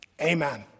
Amen